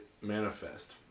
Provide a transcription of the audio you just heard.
manifest